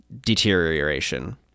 deterioration